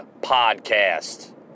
Podcast